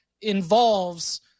involves